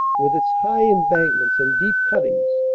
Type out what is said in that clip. with its high embankments and deep cut tings,